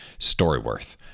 Storyworth